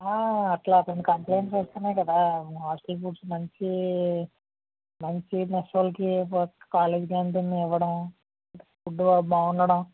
అట్లా కొన్ని కంప్లైంట్స్ వస్తున్నాయి కదా హాస్టల్ ఫుడ్డు మంచి మంచి మెస్ వాళ్ళకి కాలేజ్ క్యాంటీన్ ఇవ్వడం ఫుడ్ బాగుండడం